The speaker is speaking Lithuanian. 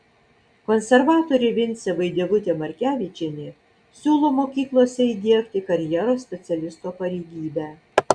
konservatorė vincė vaidevutė markevičienė siūlo mokyklose įdiegti karjeros specialisto pareigybę